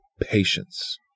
Patience